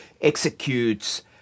executes